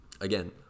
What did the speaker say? again